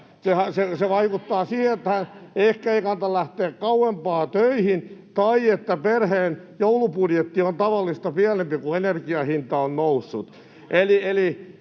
vasemmalta] että ehkä ei kannata lähteä kauempaa töihin tai että perheen joulubudjetti on tavallista pienempi, kun energian hinta on noussut.